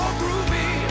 groovy